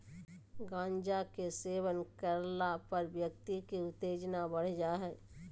गांजा के सेवन करला पर व्यक्ति के उत्तेजना बढ़ जा हइ